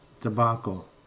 debacle